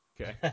Okay